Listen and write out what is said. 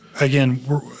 Again